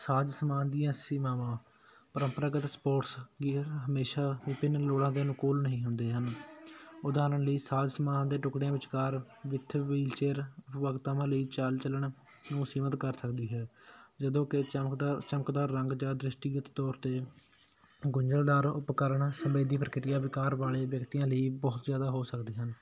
ਸਾਜ ਸਮਾਜ ਦੀਆਂ ਸੀਮਾਵਾਂ ਪ੍ਰੰਪਰਾਗਤ ਸਪੋਰਟਸ ਕੀ ਹਮੇਸ਼ਾ ਵਿਭਿਨ ਲੋੜਾਂ ਦੇ ਅਨੁਕੂਲ ਨਹੀਂ ਹੁੰਦੇ ਹਨ ਉਦਾਹਰਣ ਲਈ ਸਾਜ ਸਮਾਨ ਦੇ ਟੁਕੜਿਆਂ ਵਿਚਕਾਰ ਜਿੱਥੇ ਵਹੀਲਚੇਅਰ ਲਈ ਚਾਲ ਚੱਲਣ ਨੂੰ ਸੀਮਿਤ ਕਰ ਸਕਦੀ ਹੈ ਜਦੋਂ ਕਿ ਚਮਕਦਾਰ ਚਮਕਦਾਰ ਰੰਗ ਜਾਂ ਦ੍ਰਿਸ਼ਟੀਗਤ ਦੇ ਤੌਰ 'ਤੇ ਗੁੰਝਲਦਾਰ ਉਪਕਰਣ ਸਮੇਂ ਦੀ ਪ੍ਰਕਿਰਿਆ ਵਿਕਾਰ ਵਾਲੇ ਵਿਅਕਤੀਆਂ ਲਈ ਬਹੁਤ ਜ਼ਿਆਦਾ ਹੋ ਸਕਦੀਆਂ ਹਨ